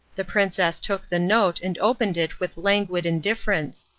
the princess took the note and opened it with languid indifference.